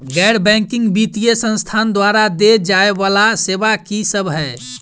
गैर बैंकिंग वित्तीय संस्थान द्वारा देय जाए वला सेवा की सब है?